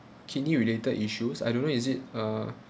kidney related issues I don't know is it uh